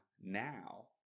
now